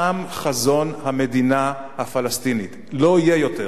תם חזון המדינה הפלסטינית, לא יהיה יותר.